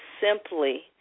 simply